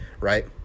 right